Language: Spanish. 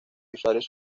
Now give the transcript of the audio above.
usuarios